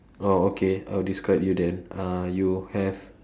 oh okay I'll describe you then uh you have